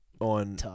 on